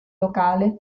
locale